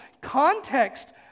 context